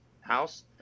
house